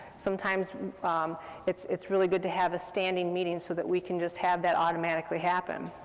sometimes um it's it's really good to have a standing meeting, so that we can just have that automatically happen.